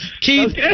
Keith